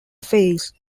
face